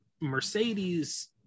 Mercedes